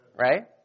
Right